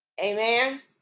Amen